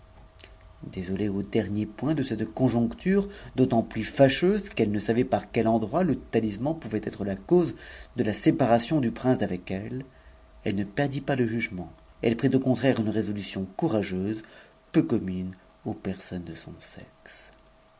désolée au dernier point de cette conjoncture d'autant plus lâcheuse qu'elle ne savait par quel endroit le talisman pouai être la cause de la séparation du prince d'avec elle elle ne perdit pas le jugement elle prit au contraire une résolution courageuse peu commua aux personnes de son sexe